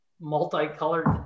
multicolored